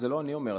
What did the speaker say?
זה לא אני אומר,